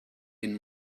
den